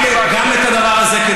גם את הדבר הזה,